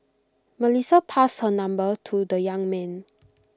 Melissa passed her number to the young man